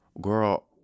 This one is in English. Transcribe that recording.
girl